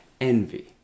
Envy